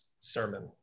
sermon